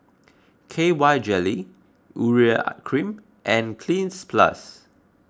K Y jelly Urea Cream and Cleanz Plus